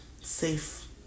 safe